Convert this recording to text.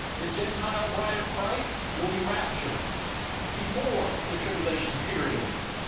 the gentile bride of christ will be raptured before the tribulation period.